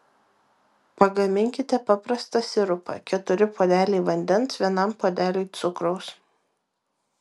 pagaminkite paprastą sirupą keturi puodeliai vandens vienam puodeliui cukraus